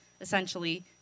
essentially